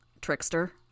Trickster